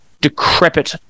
decrepit